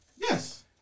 Yes